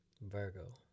virgo